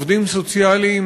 עובדים סוציאליים,